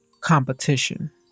competition